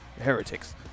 heretics